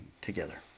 together